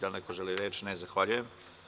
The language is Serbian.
Da li neko želi reč? (Ne) Zahvaljujem.